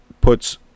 puts